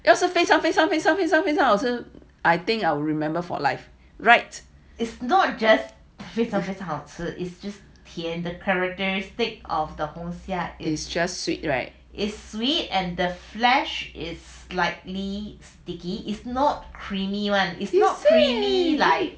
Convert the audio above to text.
要是非常非常非常非常好吃 I think I will remember for life right is just sweet right is it